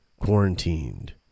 quarantined